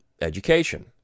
education